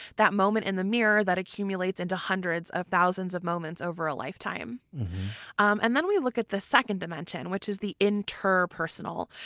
that moment in the mirror that accumulates into hundreds of thousands of moments over a lifetime um and then we look at the second dimension, which is the interpersonal.